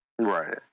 Right